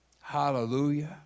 Hallelujah